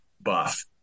buff